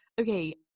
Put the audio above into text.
okay